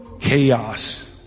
chaos